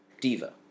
diva